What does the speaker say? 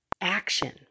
action